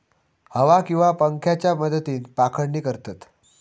हवा किंवा पंख्याच्या मदतीन पाखडणी करतत